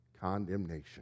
Condemnation